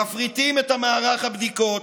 מפריטים את מערך הבדיקות.